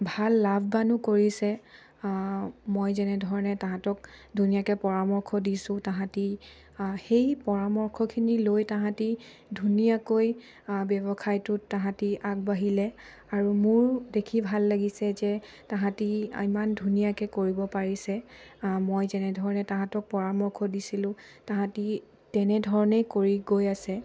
ভাল লাভৱানো কৰিছে মই যেনেধৰণে তাহাঁতক ধুনীয়াকৈ পৰামৰ্শ দিছোঁ তাহাঁতে সেই পৰামৰ্শখিনি লৈ তাহাঁতে ধুনীয়াকৈ ব্যৱসায়টোত তাহাঁতে আগবাঢ়িলে আৰু মোৰ দেখি ভাল লাগিছে যে তাহাঁতে ইমান ধুনীয়াকৈ কৰিব পাৰিছে মই যেনেধৰণে তাহাঁতক পৰামৰ্শ দিছিলোঁ তাহাঁতে তেনেধৰণেই কৰি গৈ আছে